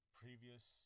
previous